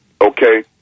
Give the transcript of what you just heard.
Okay